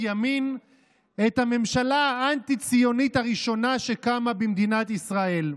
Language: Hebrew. ימין את הממשלה האנטי-ציונית הראשונה שקמה במדינת ישראל.